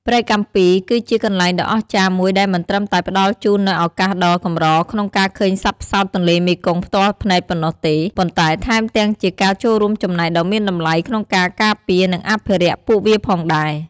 ព្រែកកាំពី គឺជាកន្លែងដ៏អស្ចារ្យមួយដែលមិនត្រឹមតែផ្តល់ជូននូវឱកាសដ៏កម្រក្នុងការឃើញសត្វផ្សោតទន្លេមេគង្គផ្ទាល់ភ្នែកប៉ុណ្ណោះទេ ប៉ុន្តែថែមទាំងជាការចូលរួមចំណែកដ៏មានតម្លៃក្នុងការការពារ និងអភិរក្សពួកវាផងដែរ ។